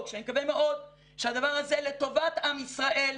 שאני מקווה מאוד שהדבר הזה לטובת עם ישראל,